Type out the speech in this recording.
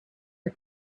her